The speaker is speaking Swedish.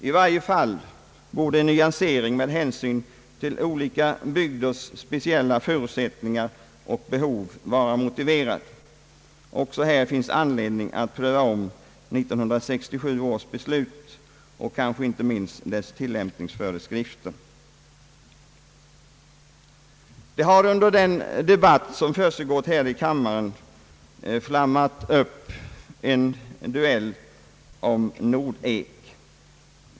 I varje fall borde en nyansering med hänsyn till olika bygders speciella förutsättningar och behov vara motiverad. Också här finns anledning att ompröva 1967 års beslut och kanske inte minst dess tilllämpningsföreskrifter. Under debatten här i kammaren i dag har det flammat upp en duell om Nordek.